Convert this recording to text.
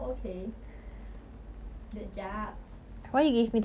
no was just feel like full time study 我都觉得辛苦 liao